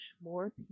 more